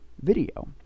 video